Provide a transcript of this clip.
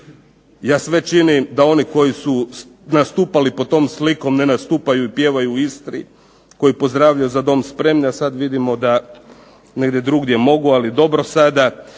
Ja sve činim da oni koji su nastupali pod tom slikom ne nastupaju i pjevaju u Istri, koji pozdravljaju "za dom spremni", a sad vidimo da negdje drugdje mogu. Ali dobro sada.